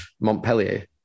Montpellier